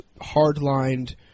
hard-lined